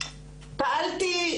פעלתי,